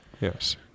Yes